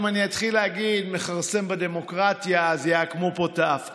אם אני אתחיל להגיד "מכרסם בדמוקרטיה" אז יעקמו פה את האף.